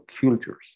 cultures